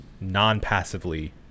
non-passively